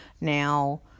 Now